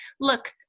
look